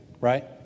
right